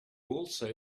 also